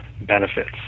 benefits